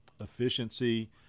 efficiency